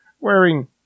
wearing